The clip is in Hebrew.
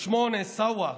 8. סעווה,